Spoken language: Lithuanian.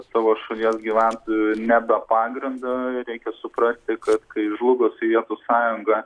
savo šalies gyventojų ne be pagrindo reikia suprasti kad kai žlugus sovietų sąjunga